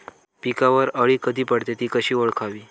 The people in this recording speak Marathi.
पिकावर अळी कधी पडते, ति कशी ओळखावी?